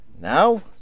Now